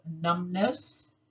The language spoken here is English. numbness